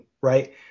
right